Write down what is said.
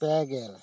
ᱯᱮ ᱜᱮᱞ